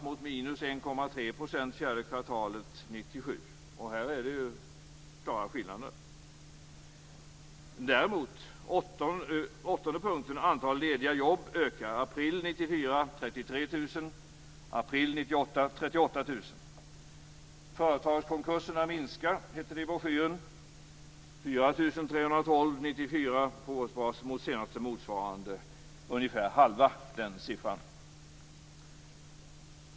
Det är en klar skillnad. För det åttonde: "Antalet lediga jobb ökar." I april 1994 var det 33 000, och i april 1998 var det 38 000. För det nionde: "Företagskonkurserna minskar." Det var 4 312 företagskonkurser 1994 på årsbasis, mot senaste motsvarande ungefär halva den siffran.